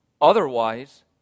Otherwise